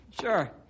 Sure